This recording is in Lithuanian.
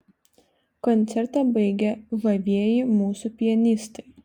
koncertą baigė žavieji mūsų pianistai